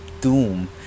doom